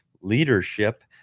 leadership